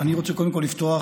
אני רוצה קודם כול לפתוח